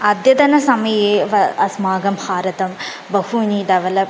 अद्यतनसमये व अस्माकं भारतं बहु डेवलप्